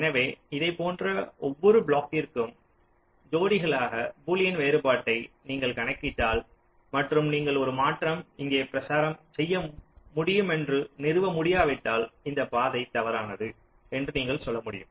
எனவே இதைப்போன்ற ஒவ்வொரு பிளாக்கிற்கும் ஜோடிகளாக பூலியன் வேறுபாட்டை நீங்கள் கணக்கிட்டால் மற்றும் நீங்கள் ஒரு மாற்றம் இங்கே பிரச்சாரம் செய்ய முடியுமென்று நிறுவ முடியாவிட்டால் இந்தப்பாதை தவறானது என்று நீங்கள் சொல்ல முடியும்